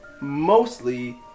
mostly